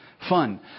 fun